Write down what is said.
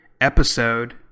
episode